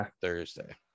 Thursday